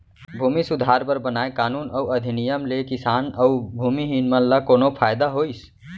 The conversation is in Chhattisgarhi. भूमि सुधार बर बनाए कानून अउ अधिनियम ले किसान अउ भूमिहीन मन ल कोनो फायदा होइस?